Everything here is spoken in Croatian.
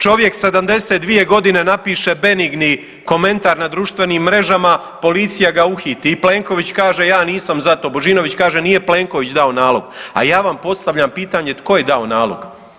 Čovjek 72 godine napiše benigni komentar na društvenim mrežama policija ga uhiti i Plenković kaže ja nisam za to, Božinović kaže nije Plenković dao nalog, a ja vam postavljam pitanje tko je dao nalog.